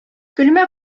көлмә